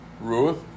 Ruth